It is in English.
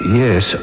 yes